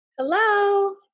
Hello